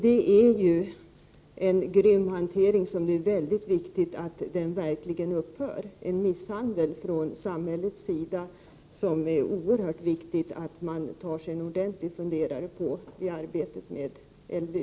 Det är ju en grym hantering, och det är mycket viktigt att den fås att upphöra — det är en misshandel från samhällets sida, som det är oerhört viktigt att man tar sig en ordentlig funderare på i arbetet med LVU.